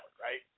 right